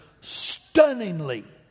stunningly